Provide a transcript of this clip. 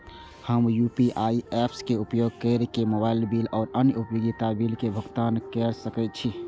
हम UPI apps के उपयोग केर के मोबाइल बिल और अन्य उपयोगिता बिल के भुगतान केर सके छी